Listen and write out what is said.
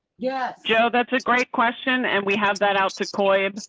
yeah, so that's a great question. and we have that out to coins.